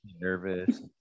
Nervous